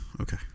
Okay